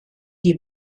die